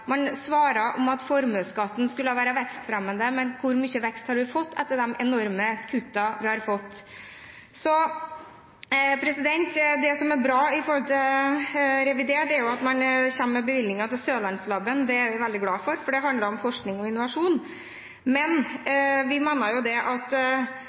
Man svarer at formuesskatten skulle være vekstfremmende, men hvor mye vekst har vi fått etter de enorme kuttene vi har hatt? Det som er bra når det gjelder revidert, er at man kommer med bevilgninger til Sørlandslaben. Det er vi veldig glade for, for det handler om forskning og innovasjon, men vi mener det